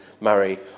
Murray